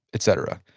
et cetera?